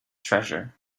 treasure